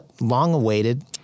long-awaited